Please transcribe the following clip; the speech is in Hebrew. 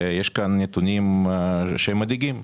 ויש כאן נתונים מדאיגים.